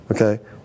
Okay